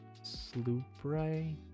Sloopray